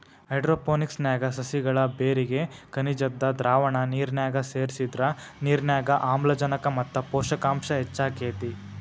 hydroponics ನ್ಯಾಗ ಸಸಿಗಳ ಬೇರಿಗೆ ಖನಿಜದ್ದ ದ್ರಾವಣ ನಿರ್ನ್ಯಾಗ ಸೇರ್ಸಿದ್ರ ನಿರ್ನ್ಯಾಗ ಆಮ್ಲಜನಕ ಮತ್ತ ಪೋಷಕಾಂಶ ಹೆಚ್ಚಾಕೇತಿ